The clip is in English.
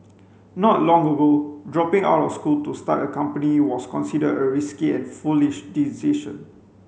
not long ago dropping out of school to start a company was considered a risky and foolish decision